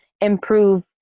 improve